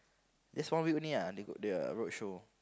just one week only ah the roadshow